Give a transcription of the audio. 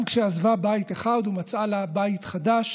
גם כשעזבה בית אחד ומצאה לה בית חדש